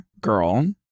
girl